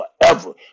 forever